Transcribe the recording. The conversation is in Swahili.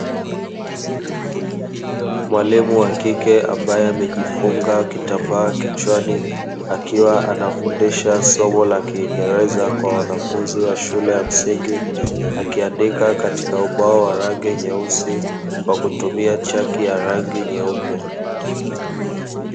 Mwalimu wa kike ambae amejifunga kitambaa kichwani, akiwa anafundisha somo la kiingereza kwa wanafunzi wa shule ya msingi, akiandika katika ubao wa rangi nyeusi kwa kutumia chaki ya rangi nyeupe.